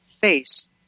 face